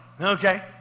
Okay